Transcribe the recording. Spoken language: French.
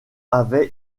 avait